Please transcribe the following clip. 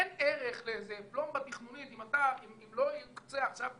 אין ערך לאיזו פלומבה תכנונית אם לא יוקצה עכשיו תקציב.